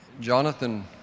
Jonathan